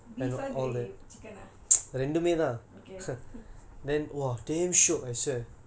beef ah grave chicken ah